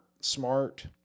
smart